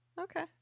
Okay